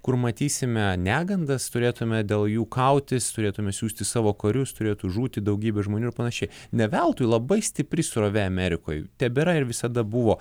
kur matysime negandas turėtumėme dėl jų kautis turėtumėme siųsti savo karius turėtų žūti daugybė žmonių panašiai ne veltui labai stipri srovė amerikoj tebėra ir visada buvo